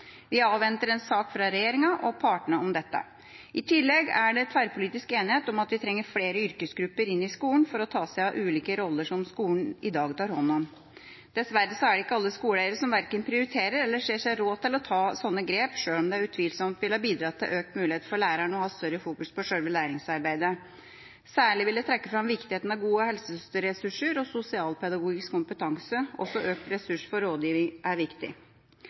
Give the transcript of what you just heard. Vi avventer en sak fra regjeringa og partene om dette. I tillegg er det tverrpolitisk enighet om at vi trenger flere yrkesgrupper inn i skolen for å ta seg av ulike roller som skolen i dag tar hånd om. Dessverre er det ikke alle skoleeiere som verken prioriterer eller ser seg råd til å ta slike grep, sjøl om det utvilsomt ville ha bidratt til økt mulighet for læreren til å ha større fokus på sjølve læringsarbeidet. Særlig vil jeg trekke fram viktigheten av å ha gode helsesøsterressurser og sosialpedagogisk kompetanse. Også økt ressurs for rådgivere er viktig.